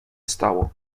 stało